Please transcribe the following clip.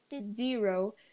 zero